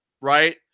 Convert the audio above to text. Right